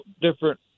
different